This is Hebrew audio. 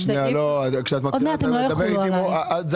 יש